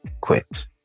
quit